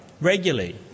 regularly